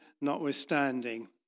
notwithstanding